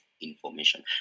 information